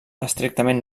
estrictament